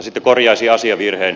sitten korjaisin asiavirheen